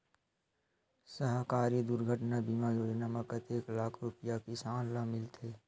सहकारी दुर्घटना बीमा योजना म कतेक लाख रुपिया किसान ल मिलथे?